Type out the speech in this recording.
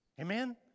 Amen